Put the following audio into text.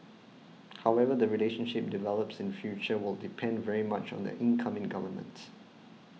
how the relationship develops in future will depend very much on the incoming government